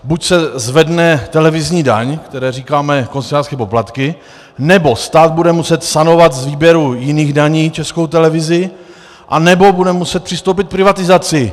Buď se zvedne televizní daň, které říkáme koncesionářské poplatky, nebo stát bude muset sanovat z výběru jiných daní Českou televizi, anebo bude muset přistoupit k privatizaci.